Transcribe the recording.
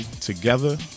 together